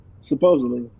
Supposedly